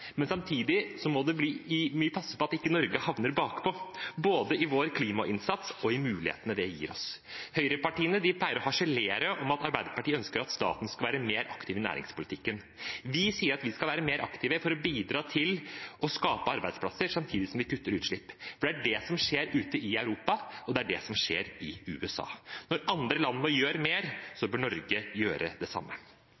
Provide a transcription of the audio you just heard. Men samtidig må vi passe på at ikke Norge havner bakpå, både i vår klimainnsats og i mulighetene det gir oss. Høyrepartiene pleier å harselere med at Arbeiderpartiet ønsker at staten skal være mer aktiv i næringspolitikken. Vi sier at vi skal være mer aktive for å bidra til å skape arbeidsplasser samtidig som vi kutter utslipp, for det er det som skjer ute i Europa, og det er det som skjer i USA. Når andre land nå gjør mer,